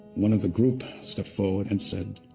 one of the group stepped forward and said,